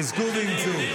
חזקו ואמצו.